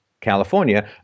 California